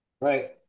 right